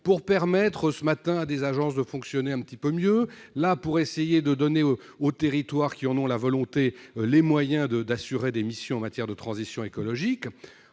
de permettre, ce matin, à des agences de fonctionner un petit peu mieux, et cet après-midi, aux territoires qui en ont la volonté d'avoir les moyens d'assurer des missions en matière de transition écologique.